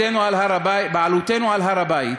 בעלותנו על הר-הבית